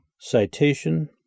Citation